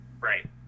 Right